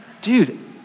dude